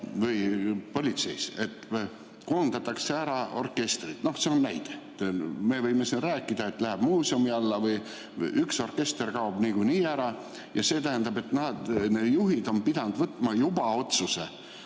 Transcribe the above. või politseis, et koondatakse ära orkestrid. Noh, see on näide. Me võime rääkida, et läheb muuseumi alla või üks orkester kaob niikuinii ära. See tähendab, et juhid on pidanud võtma juba vastu